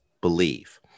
Believe